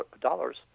dollars